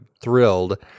thrilled